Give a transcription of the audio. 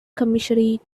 commissary